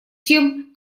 тем